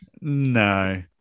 No